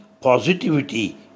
positivity